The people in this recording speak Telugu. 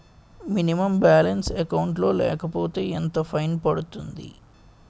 మినిమం బాలన్స్ అకౌంట్ లో లేకపోతే ఎంత ఫైన్ పడుతుంది?